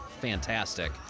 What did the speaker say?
fantastic